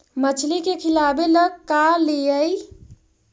मछली के खिलाबे ल का लिअइ?